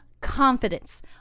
confidence